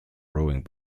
rowing